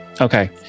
okay